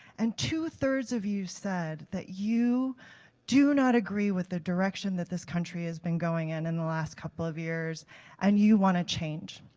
and two thirds of you said that you do not agree with the direction that this country has been going in in the last couple of years and you want to change.